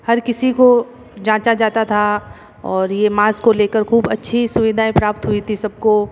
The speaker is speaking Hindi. हर किसी को जाँचा जाता था और ये मास को लेकर खूब अच्छी सुविधाएं प्राप्त हुई थी सबको